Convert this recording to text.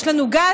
יש לנו גז,